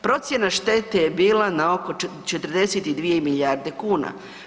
Procjena štete je bila na oko 42 milijarde kuna.